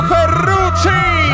Ferrucci